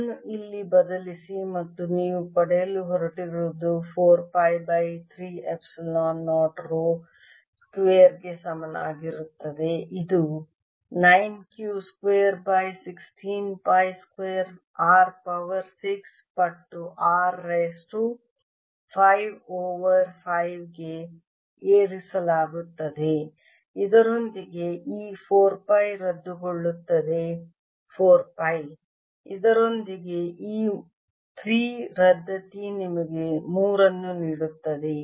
ಇದನ್ನು ಇಲ್ಲಿ ಬದಲಿಸಿ ಮತ್ತು ನೀವು ಪಡೆಯಲು ಹೊರಟಿರುವುದು 4 pi by 3 epsilon 0 rho square ಗೆ ಸಮಾನವಾಗಿರುತ್ತದೆ ಇದು 9 Q square by 16 pi square r power 6 ಪಟ್ಟು R ರೈಸ್ ಟು 5 ಓವರ್ 5 ಕ್ಕೆ ಏರಿಸಲಾಗುತ್ತದೆ ಇದರೊಂದಿಗೆ ಈ 4 ಪೈ ರದ್ದುಗೊಳಿಸುತ್ತದೆ 4 ಪೈ ಇದರೊಂದಿಗೆ ಈ 3 ರದ್ದತಿ ನಿಮಗೆ 3 ನೀಡುತ್ತದೆ